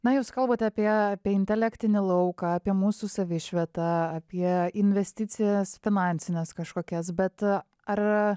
na jūs kalbate apie apie intelektinį lauką apie mūsų savišvietą apie investicijas finansines kažkokias bet ar